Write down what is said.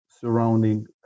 surrounding